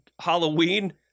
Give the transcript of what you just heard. Halloween